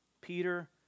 Peter